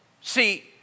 See